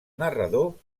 narrador